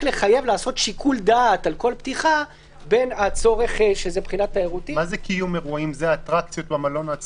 לחייב לעשות שיקול דעת על כל פתיחה בין הצורך - קיום אירועים זה כנסים,